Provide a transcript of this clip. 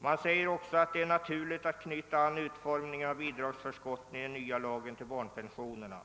Vidare skriver utskottet att det var »naturligt att knyta an utformningen av bidragsförskotten i den nya lagen till barnpensionerna.